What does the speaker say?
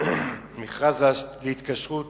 (מכרז להתקשרות